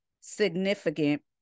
significant